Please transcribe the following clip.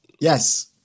Yes